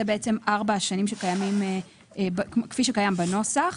אלה ארבע השנים כפי שקיים בנוסח,